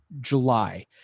July